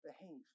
behave